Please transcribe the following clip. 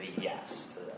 yes